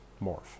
Morph